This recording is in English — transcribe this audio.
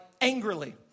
angrily